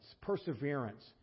perseverance